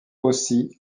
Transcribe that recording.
aussi